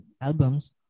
albums